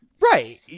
Right